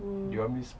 mm